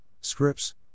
scripts